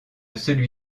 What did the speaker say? celui